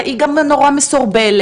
לא נראה לי שיש מישהו שיושב פה בחדר,